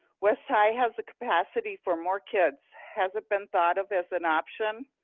west high has the capacity for more kids, has it been thought of as an option?